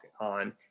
on